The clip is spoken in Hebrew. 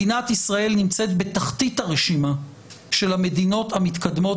מדינת ישראל נמצאת בתחתית הרשימה של המדינות המתקדמות